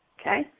Okay